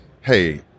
hey